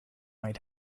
might